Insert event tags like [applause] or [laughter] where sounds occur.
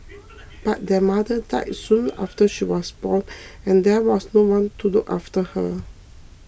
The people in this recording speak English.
[noise] but their mother died soon after she was born and there was no one to look after her